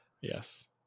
Yes